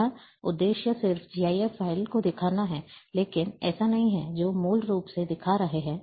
यहाँ उद्देश्य सिर्फ GIF फ़ाइल दिखाना है लेकिन ऐसा नहीं है जो मूल रूप से दिखा रहा है